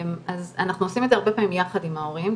אז אנחנו עושים את זה הרבה פעמים יחד עם ההורים,